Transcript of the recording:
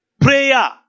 prayer